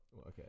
Okay